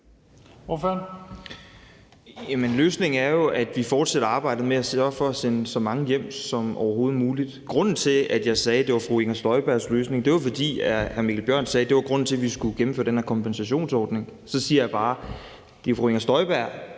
Løsningen er jo, at vi fortsætter arbejdet med at sørge for at sende så mange hjem som overhovedet muligt. Grunden til, at jeg sagde, at det var fru Inger Støjbergs løsning, var, at hr. Mikkel Bjørn sagde, at det var grunden til, at vi skulle gennemføre den her kompensationsordning. Så siger jeg bare, at det var fru Inger Støjberg,